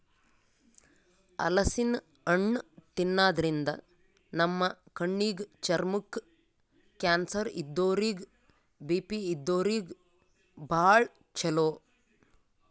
ಹಲಸಿನ್ ಹಣ್ಣ್ ತಿನ್ನಾದ್ರಿನ್ದ ನಮ್ ಕಣ್ಣಿಗ್, ಚರ್ಮಕ್ಕ್, ಕ್ಯಾನ್ಸರ್ ಇದ್ದೋರಿಗ್ ಬಿ.ಪಿ ಇದ್ದೋರಿಗ್ ಭಾಳ್ ಛಲೋ